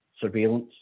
surveillance